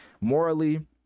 morally